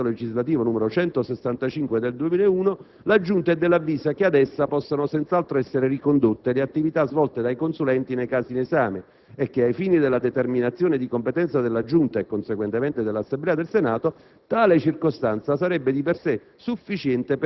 definizione che si rifà, come ho detto, all'articolo 4 del decreto legislativo n. 165 del 2001 - la Giunta è dell'avviso che ad essa possano senz'altro essere ricondotte le attività svolte dai consulenti nei casi in esame e che, ai fini delle determinazioni di competenza della Giunta, e conseguentemente dell'Assemblea del Senato,